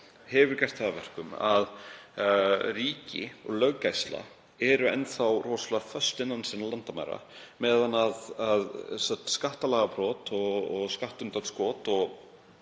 hefur gert það að verkum að ríki og löggæsla eru enn þá rosalega föst innan landamæra sinna meðan skattalagabrot og skattundanskot